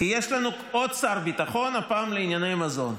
כי יש לנו עוד שר ביטחון, הפעם לענייני מזון.